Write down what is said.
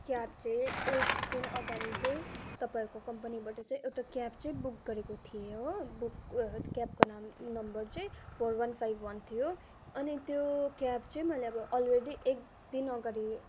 cab चाहिँ एकदिन अगाडि चाहिँ तपाईँको कम्पनीबाट चाहिँ एउटा क्याब चाहिँ बुक गरेको थिएँ हो बुक क्याबको नाम नम्बर चाहिँ फोर वान फाइभ वान थियो अनि त्यो क्याब चाहिँ मैले अब अलरेडी एकदिन अगाडि